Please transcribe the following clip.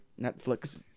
Netflix